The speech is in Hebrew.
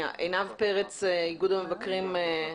עינב פרץ, איגוד המבקרים,